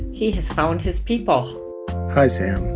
he has found his people hi sam.